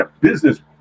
business